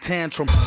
Tantrum